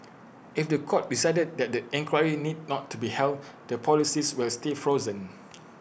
if The Court decided that the inquiry need not be held the policies will stay frozen